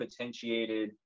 potentiated